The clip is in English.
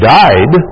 died